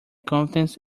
confidence